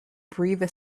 breathed